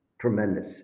tremendous